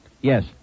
Yes